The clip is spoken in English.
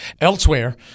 Elsewhere